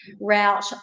route